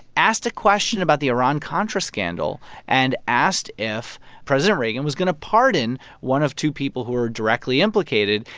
asked a question about the iran-contra scandal and asked if president reagan was going to pardon one of two people who were directly implicated.